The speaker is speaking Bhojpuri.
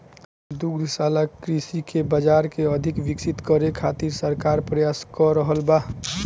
दुग्धशाला कृषि के बाजार के अधिक विकसित करे खातिर सरकार प्रयास क रहल बा